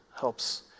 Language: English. helps